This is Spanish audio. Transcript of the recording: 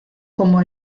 como